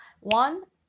one